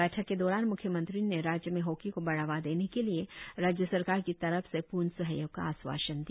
बैठक के दौरान म्ख्यमंत्री ने राज्य में हॉकी को बढ़ावा देने के लिए राज्य सरकार की तरफ से पूर्ण सहयोग का आश्वासन दिया